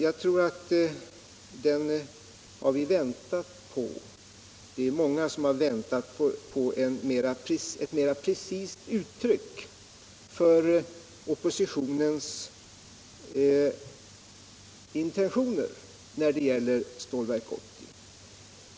Jag tror att det är många som väntat på ett mer precist uttryck för oppositionens intentioner när det gäller Stålverk 80.